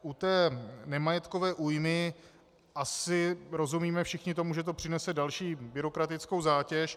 U nemajetkové újmy asi rozumíme všichni tomu, že to přinese další byrokratickou zátěž.